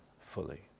fully